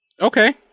Okay